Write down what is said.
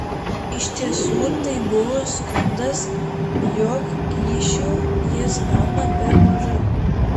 iš tiesų tai buvo skundas jog kyšių jis gauna per mažai